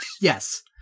yes